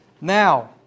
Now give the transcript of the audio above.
Now